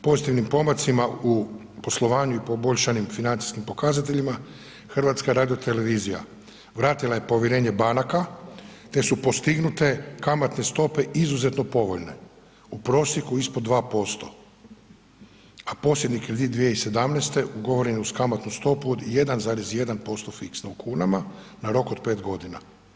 Pozitivnim pomacima u poslovanju i poboljšanim financijskim pokazateljima HRT-a vratila je povjerenje banaka te su postignute kamatne stope izuzetno povoljne u prosjeku ispod 2%, a posljednji kredit 2017. ugovoren je uz kamatnu stopu od 1,1% fiksno u kunama na rok od pet godina.